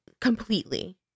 completely